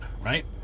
right